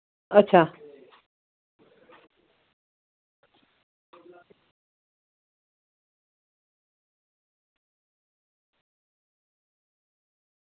अच्छा